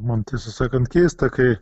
man tiesą sakant keista kai